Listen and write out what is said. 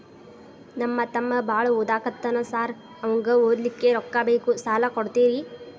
ನಮ್ಮ ತಮ್ಮ ಬಾಳ ಓದಾಕತ್ತನ ಸಾರ್ ಅವಂಗ ಓದ್ಲಿಕ್ಕೆ ರೊಕ್ಕ ಬೇಕು ಸಾಲ ಕೊಡ್ತೇರಿ?